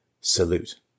salute